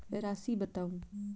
राशि बताउ